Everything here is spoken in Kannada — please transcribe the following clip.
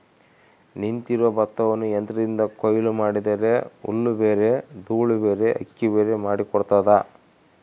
ನಿಂತಿರುವ ಭತ್ತವನ್ನು ಯಂತ್ರದಿಂದ ಕೊಯ್ಲು ಮಾಡಿದರೆ ಹುಲ್ಲುಬೇರೆ ದೂಳುಬೇರೆ ಅಕ್ಕಿಬೇರೆ ಮಾಡಿ ಕೊಡ್ತದ